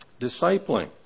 Discipling